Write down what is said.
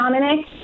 Dominic